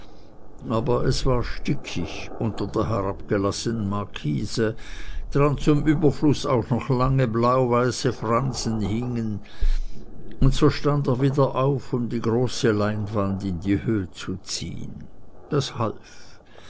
aber es war stickig unter der herabgelassenen markise dran zum überfluß auch noch lange blauweiße franzen hingen und so stand er wieder auf um die große leinwand in die höh zu ziehn das half